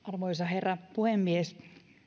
arvoisa herra puhemies